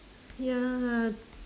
ya